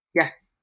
Yes